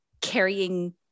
carrying